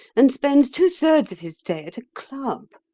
and spends two-thirds of his day at a club.